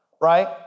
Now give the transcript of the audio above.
Right